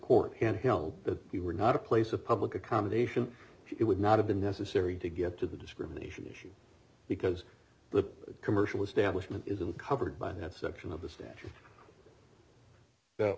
court handheld that you were not a place of public accommodation it would not have been necessary to get to the discrimination issue because the commercial establishment isn't covered by that section of the s